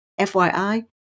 FYI